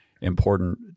important